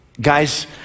Guys